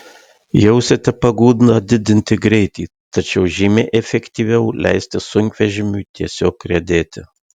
jausite pagundą didinti greitį tačiau žymiai efektyviau leisti sunkvežimiui tiesiog riedėti